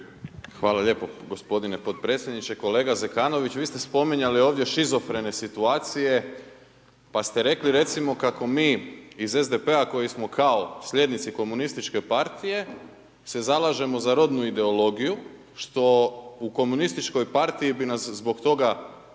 Hvala lijepo gospodine podpredsjedniče. Kolega Zekanoviću, vi ste spominjali ovdje šizofrene situacije, pa ste rekli recimo kako mi iz SDP-a koji smo kao slijednici komunističke partije, se zalažemo za rodnu ideologiju, što u komunističkoj partiji bi nas zbog toga progonili,